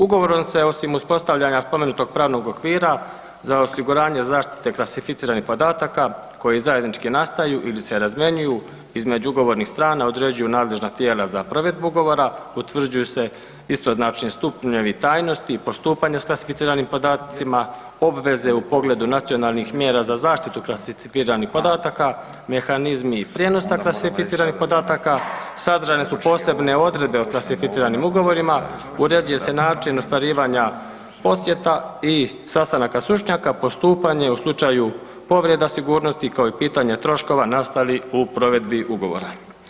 Ugovorom se osim uspostavljanja spomenutog pravnog okvira za osiguranje zaštite klasificiranih podataka koji zajednički nastaju ili se razmjenjuju između ugovornih strana određuju nadležna tijela za provedbu ugovora, utvrđuju se isto znači stupnjevi tajnosti i postupanja s klasificiranim podacima, obveze u pogledu nacionalnih mjera za zaštitu klasificiranih podataka, mehanizmi prijenosa klasificiranih podataka, sadržane su posebne odredbe o klasificiranim ugovorima, uređuje se način ostvarivanja posjeta i sastanaka stručnjaka, postupanje u slučaju povreda sigurnosti kao i pitanja troškova nastali u provedi ugovora.